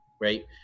right